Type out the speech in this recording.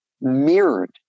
mirrored